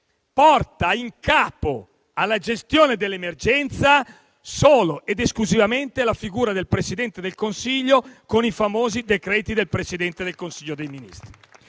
mise a capo della gestione dell'emergenza solo ed esclusivamente la figura del Presidente del Consiglio, con i famosi decreti del Presidente del Consiglio dei ministri.